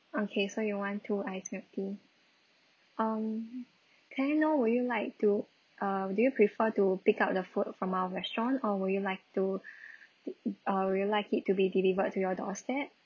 okay so you want two ice milk tea um can I know would you like to um do you prefer to pick up the food from our restaurant or would you like to uh would like it to be delivered to your doorstep